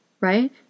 right